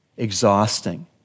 exhausting